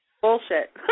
Bullshit